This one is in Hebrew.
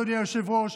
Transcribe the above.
אדוני היושב-ראש,